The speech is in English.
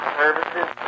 services